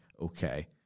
okay